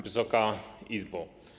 Wysoka Izbo!